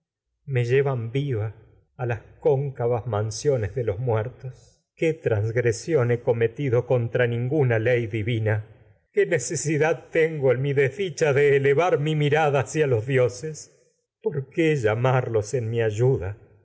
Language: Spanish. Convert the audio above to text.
me llevan viva las cóncavas mansiones los muertos qué transgresión he cometido contra nin en guna de los ley divina qué necesidad tengo mirada hacia mi desdicha elevar mi los dioses para qué llamar me en mi ayuda